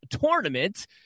tournament